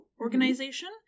Organization